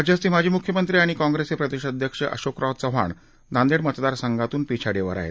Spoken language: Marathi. राज्याचे माजी मुख्यमंत्री आणि काँग्रेसचे प्रदेश अध्यक्ष अशोकराव चव्हाण नांदेड मतदार संघात पिछाडीवर आहेत